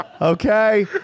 Okay